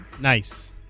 Nice